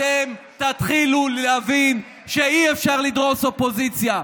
אתם תתחילו להבין שאי-אפשר לדרוס אופוזיציה.